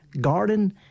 garden